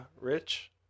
rich